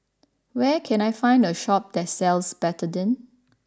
where can I find a shop that sells Betadine